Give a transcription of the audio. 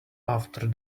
after